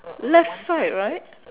left side right